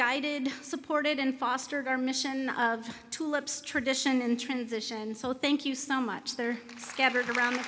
guided supported and fostered our mission of tulips tradition in transition so thank you so much they are scattered around